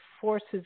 forces